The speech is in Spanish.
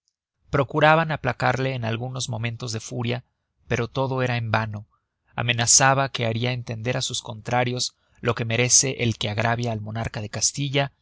procuraban aplacarle en algunos momentos de furia pero todo era en vano amenazaba que haria entender á sus contrarios lo que merece el que agravia al monarca de castilla